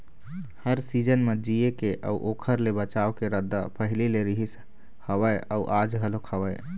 हर season म जीए के अउ ओखर ले बचाव के रद्दा पहिली ले रिहिस हवय अउ आज घलोक हवय